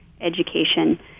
education